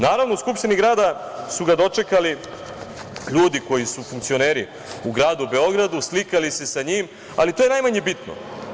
Naravno u Skupštini grada su ga dočekali ljudi koji su funkcioneri u gradu Beogradu, slikali se sa njim, ali to je najmanje bitno.